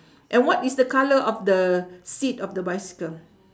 and what is the colour of the seat of the bicycle